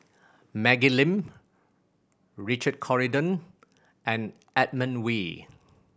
Maggie Lim Richard Corridon and Edmund Wee